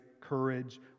courage